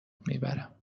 میبرم